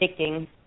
addicting